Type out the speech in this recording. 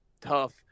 tough